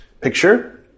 picture